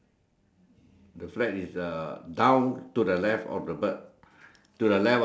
the north sign on on on above with the brown brown thing then on top of the brown is the bird right